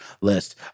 list